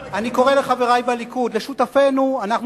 אבל אני קורא לחברי בליכוד, לשותפינו: אנחנו